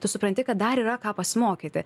tu supranti kad dar yra ką pasimokyti